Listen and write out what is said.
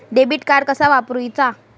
Debit card कसा वापरुचा?